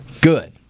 good